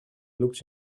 looks